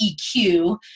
EQ